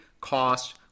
cost